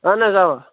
اَہن حظ اَوا